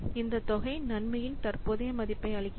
இந்த தொகை நன்மையின் தற்போதைய மதிப்பை அளிக்கிறது